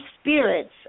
spirits